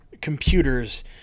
computers